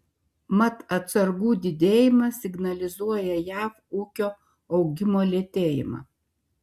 mat atsargų didėjimas signalizuoja jav ūkio augimo lėtėjimą